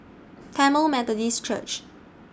Tamil Methodist Church